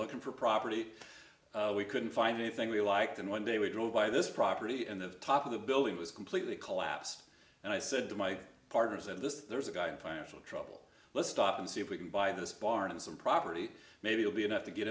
looking for property we couldn't find anything we liked and one day we drove by this property and of top of the building was completely collapsed and i said to my partners and this there's a guy in financial trouble let's stop and see if we can buy this barn and some property maybe will be enough to get